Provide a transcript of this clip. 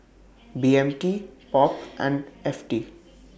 B M T POP and F T